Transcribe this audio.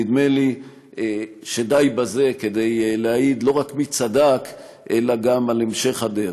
נדמה לי שדי בזה להעיד לא רק מי צדק אלא גם על המשך הדרך.